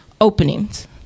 openings